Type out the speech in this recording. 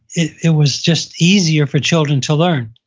it it was just easier for children to learn.